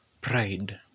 pride